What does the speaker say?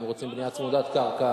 הם רוצים בנייה צמודת קרקע.